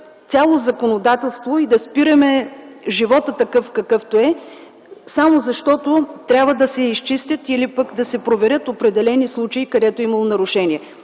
цяло законодателство и да спираме живота такъв, какъвто е, само защото трябва да се изчистят или пък да се проверят определени случаи, където е имало нарушение.